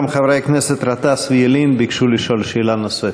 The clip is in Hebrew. גם חברי הכנסת גטאס וילין ביקשו לשאול שאלה נוספת.